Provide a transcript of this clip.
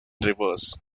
reverse